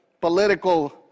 political